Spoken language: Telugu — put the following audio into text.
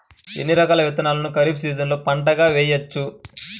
ఎన్ని రకాల విత్తనాలను ఖరీఫ్ సీజన్లో పంటగా వేయచ్చు?